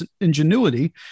ingenuity